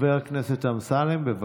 חברי הכנסת, אני